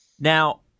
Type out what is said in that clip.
Now